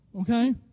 okay